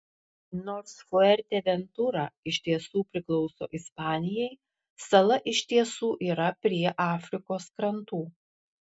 nors fuerteventura iš tiesų priklauso ispanijai sala iš tiesų yra prie afrikos krantų